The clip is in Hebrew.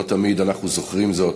לא תמיד אנחנו זוכרים זאת,